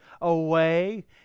away